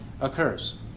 occurs